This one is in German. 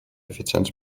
effizienz